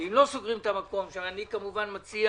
אם לא סוגרים את המקום ואני כמובן מציע